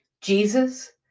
Jesus